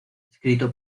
escrito